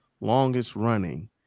longest-running